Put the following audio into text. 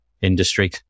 industry